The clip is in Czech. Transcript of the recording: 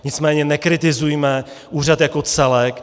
Nicméně nekritizujme úřad jako celek.